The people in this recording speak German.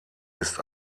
ist